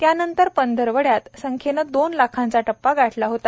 त्यानंतर पंधरवड्यात संख्येनं दोन लाखांचा टप्पा गाठला होता